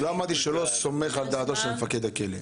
אני לא אמרתי שאני לא סומך על דעתו של מפקד הכלא.